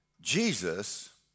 Jesus